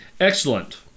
Excellent